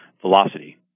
Velocity